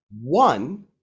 one